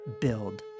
build